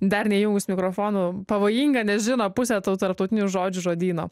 dar neįjungus mikrofonų pavojinga nes žino pusę tarptautinių žodžių žodyno